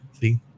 See